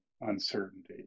uncertainty